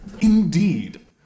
Indeed